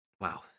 Wow